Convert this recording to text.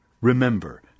Remember